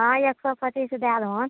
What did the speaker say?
हँ एक सए पचीस दए दहन